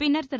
பின்னர் திரு